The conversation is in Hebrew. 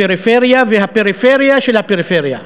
הפריפריה והפריפריה של הפריפריה,